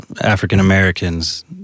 African-Americans